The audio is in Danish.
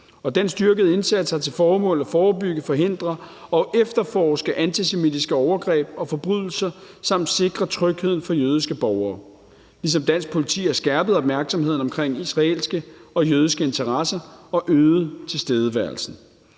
Den styrkede indsats har til formål at forebygge, forhindre og efterforske antisemitiske overgreb og forbrydelser samt sikre trygheden for jødiske borgere, ligesom dansk politi har skærpet opmærksomheden omkring israelske og jødiske interesser og øget tilstedeværelsen.